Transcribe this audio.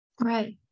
right